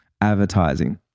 advertising